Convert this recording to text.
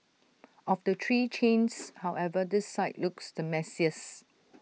of the three chains however this site looks the messiest